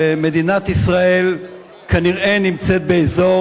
ומדינת ישראל כנראה נמצאת באזור,